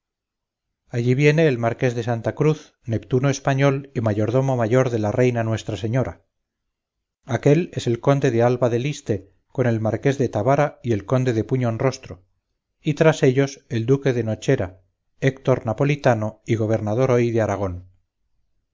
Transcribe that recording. allí viene el marqués de santa cruz neptuno español y mayordomo mayor de la reina nuestra señora aquél es el conde de alba de liste con el marqués de tabara y el conde de puñonrostro y tras ellos el duque de nochera héctor napolitano y gobernador hoy de aragón